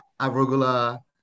arugula